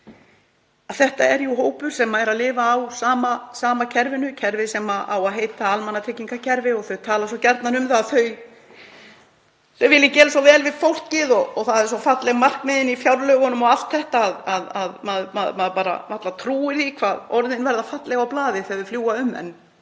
þetta er jú hópur sem er að lifa á sama kerfinu, kerfi sem á að heita almannatryggingakerfi og þau tala svo gjarnan um að þau vilji gera svo vel við fólkið og það eru svo falleg markmiðin í fjárlögunum og allt þetta að maður bara trúir því varla hvað orðin verða falleg á blaði þegar þau fljúga um. En